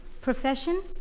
Profession